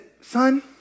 son